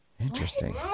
interesting